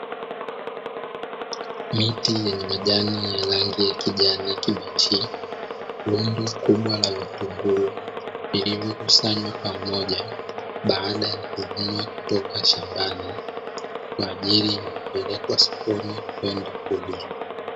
Miti yenye majani ya rangi ya kijani kibichi, rundo kubwa la vitungu vilivyokusanywa pamoja baada ya kuvunwa kutoka shambani, kwa ajili ya kupelekwa sokoni kwenda kuuzwa.